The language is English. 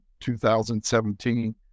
2017